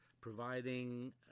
providing